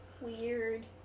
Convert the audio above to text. Weird